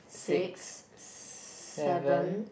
six seven